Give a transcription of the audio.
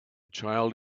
child